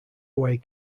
away